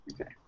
Okay